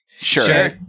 Sure